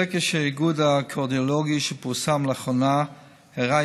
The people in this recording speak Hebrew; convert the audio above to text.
סקר של איגוד הקרדיולוגים שפורסם לאחרונה הראה